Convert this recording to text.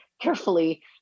carefully